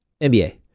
NBA